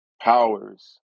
powers